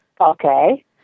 okay